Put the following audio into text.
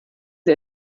sie